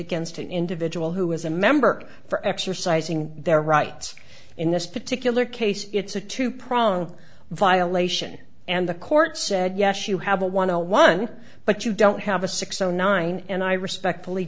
against an individual who is a member for exercising their rights in this particular case it's a two prong violation and the court said yes you have a one zero one but you don't have a six zero nine and i respectfully